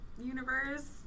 universe